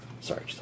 Sorry